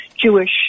Jewish